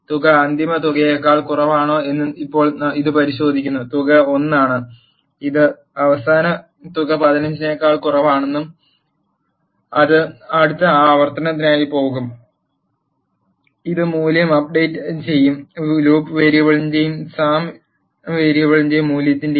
തുക അന്തിമ തുകയേക്കാൾ കുറവാണോ എന്ന് ഇപ്പോൾ ഇത് പരിശോധിക്കുന്നു തുക 1 ആണ് ഇത് അവസാന തുക 15 നേക്കാൾ കുറവാണ് അത് അടുത്ത ആവർത്തനത്തിനായി പോകും ഇത് മൂല്യം അപ് ഡേറ്റ് ചെയ്യും ലൂപ്പ് വേരിയബിളിന്റെയും സം വേരിയബിളിന്റെ മൂല്യത്തിന്റെയും